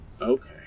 Okay